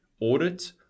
audit